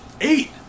Eight